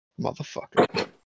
Motherfucker